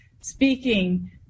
speaking